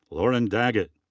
lauren daggett.